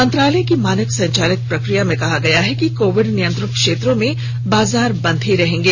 मंत्रालय की मानक संचालक प्रक्रिया में कहा गया है कि कोविड नियंत्रण क्षेत्रों में बाजार बंद ही रहेंगे